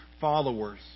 followers